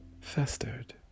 festered